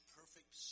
perfect